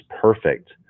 perfect